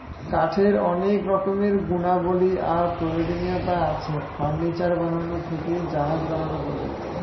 কাঠের অনেক রকমের গুণাবলী আর প্রয়োজনীয়তা আছে, ফার্নিচার বানানো থেকে জাহাজ বানানো পর্যন্ত